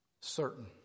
certain